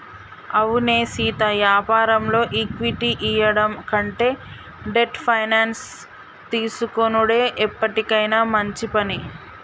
అవునే సీతా యాపారంలో ఈక్విటీ ఇయ్యడం కంటే డెట్ ఫైనాన్స్ తీసుకొనుడే ఎప్పటికైనా మంచి పని